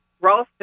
Ralston